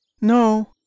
No